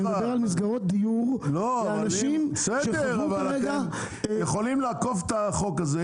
אני מדבר על מסגרות דיור לאנשים --- אתם יכולים לעקוף את החוק הזה,